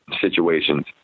situations